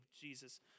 Jesus